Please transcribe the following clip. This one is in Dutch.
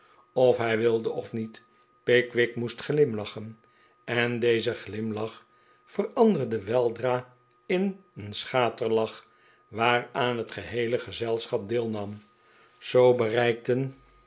of hij wilde of niet pickwick moest glimlachen en deze glimlach veranderde weldra in een schaterlach waaraan het geheele gezelschap deelnam zoo bereikten